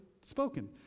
spoken